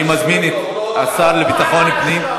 אני מזמין את השר לביטחון פנים,